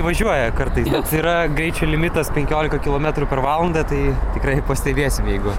važiuoja kartais bet yra greičio limitas penkiolika kilometrų per valandą tai tikrai pastebėsim jeigu